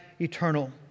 eternal